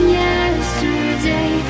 yesterday